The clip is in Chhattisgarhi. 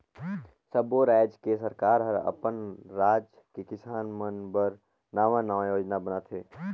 सब्बो रायज के सरकार हर अपन राज के किसान मन बर नांवा नांवा योजना बनाथे